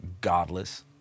godless